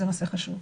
זה נושא חשוב.